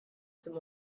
some